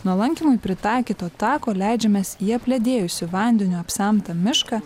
nuo lankymui pritaikyto tako leidžiamės į apledėjusį vandeniu apsemtą mišką